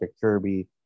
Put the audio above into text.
Kirby